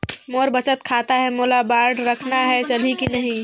मोर बचत खाता है मोला बांड रखना है चलही की नहीं?